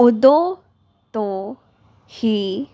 ਉਦੋਂ ਤੋਂ ਹੀ